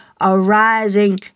arising